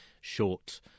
short